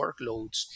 workloads